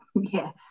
Yes